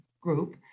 group